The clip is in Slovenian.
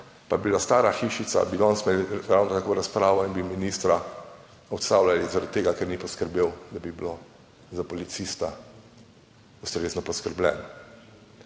pa bi bila stara hišica, bi danes imeli ravno tako razpravo in bi ministra odstavljali zaradi tega, ker ni poskrbel, da bi bilo za policista ustrezno poskrbljeno